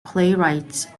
playwrights